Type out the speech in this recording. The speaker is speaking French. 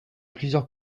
plusieurs